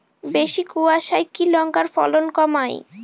বেশি কোয়াশায় কি লঙ্কার ফলন কমায়?